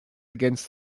against